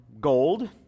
gold